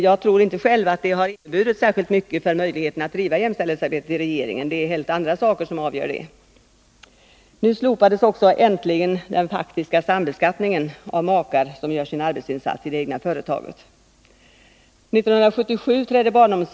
Jag tror inte själv att det har inneburit något för möjligheterna att bedriva jämställdhetsarbete i regeringen. Det är helt andra saker som avgör det. Nu slopades också äntligen den faktiska sambeskattningen av makar som gör sin arbetsinsats i det egna företaget.